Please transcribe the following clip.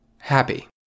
happy